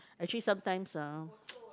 actually sometimes ah